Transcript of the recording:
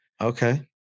Okay